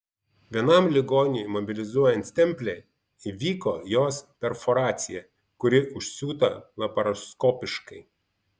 vienam ligoniui mobilizuojant stemplę įvyko jos perforacija kuri užsiūta laparoskopiškai